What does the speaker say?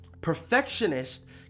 Perfectionist